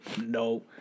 No